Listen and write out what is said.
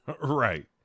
Right